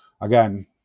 Again